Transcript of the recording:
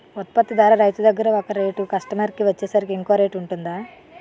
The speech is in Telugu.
ఉత్పత్తి ధర రైతు దగ్గర ఒక రేట్ కస్టమర్ కి వచ్చేసరికి ఇంకో రేట్ వుంటుందా?